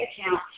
account